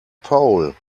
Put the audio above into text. pole